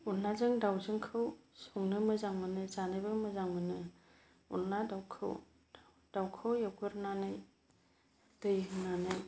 अन्दलाजों दाउजोंखौ संनो मोजां मोनो जानोबो मोजां मोनो अन्दला दाउखौ दाउखौ एवग्रोनानै दै होनानै